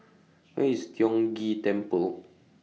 Where IS Tiong Ghee Temple